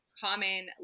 common